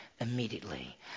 Immediately